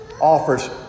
offers